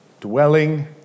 dwelling